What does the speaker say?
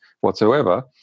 whatsoever